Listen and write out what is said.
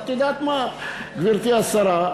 את יודעת מה, גברתי השרה?